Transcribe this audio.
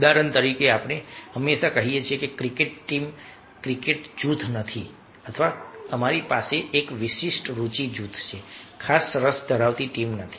ઉદાહરણ તરીકે આપણે હંમેશા કહીએ છીએ કે ક્રિકેટ ટીમ ક્રિકેટ જૂથ નથી અથવા અમારી પાસે એક વિશેષ રુચિ જૂથ છે ખાસ રસ ધરાવતી ટીમ નથી